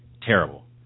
terrible